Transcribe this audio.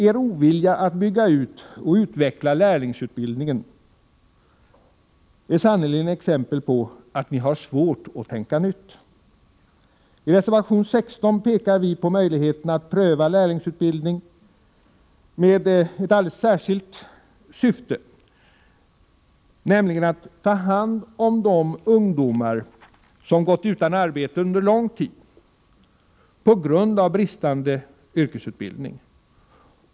Er ovilja att bygga ut och utveckla lärlingsutbildningen är sannerligen exempel på att ni har svårt att tänka nytt. i på möjligheten att pröva lärlingsutbildning med I reservation 16 pekar v ett alldeles särskilt syfte, nämligen att ta hand om de ungdomar som gatt utan arbete under lång tid, på grund av bristande yrkesutbildning.